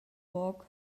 walk